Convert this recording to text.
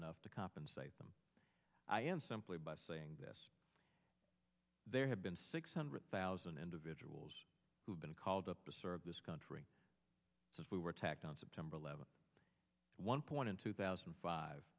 enough to compensate them and simply by saying this there have been six hundred thousand individuals who've been called up to serve this country since we were attacked on september eleventh one point in two thousand and five